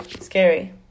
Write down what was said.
scary